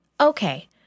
Okay